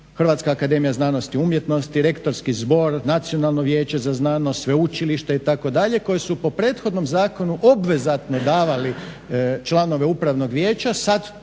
Hrvatska akademija znanosti i umjetnosti, Rektorski zbor, Nacionalno vijeće za znanost, Sveučilište itd., koji su po prethodnom zakonu obvezatno davali članove Upravnog vijeća